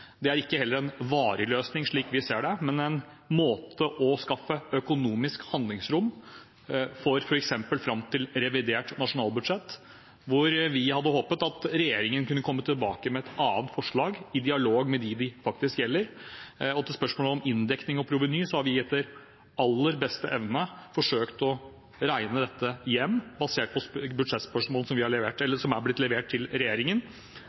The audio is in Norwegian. er heller ikke en varig løsning, slik vi ser det, men en måte å skaffe seg økonomisk handlingsrom på fram til f.eks. revidert nasjonalbudsjett, hvor vi hadde håpet at regjeringen kunne komme tilbake med et annet forslag i dialog med dem det faktisk gjelder. Til spørsmålet om inndekning og proveny har vi etter aller beste evne forsøkt å regne dette hjem basert på budsjettspørsmål som er levert til regjeringen.